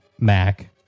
Mac